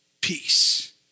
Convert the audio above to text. peace